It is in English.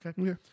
Okay